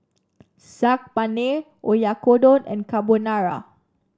Saag Paneer Oyakodon and Carbonara